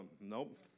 nope